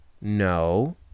No